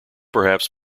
perhaps